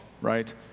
right